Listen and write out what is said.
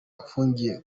afungiwe